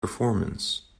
performance